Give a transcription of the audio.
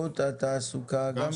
ושירות התעסוקה, זה נובע מהקורונה?